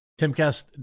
Timcast